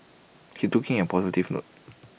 he took IT in A positive note